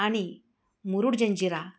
आणि मुरुड जंजिरा